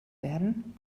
werden